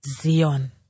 Zion